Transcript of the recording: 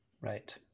Right